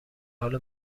حال